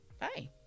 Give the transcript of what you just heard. Bye